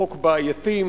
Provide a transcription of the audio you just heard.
חוק בעייתי,